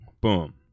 boom